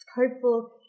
hopeful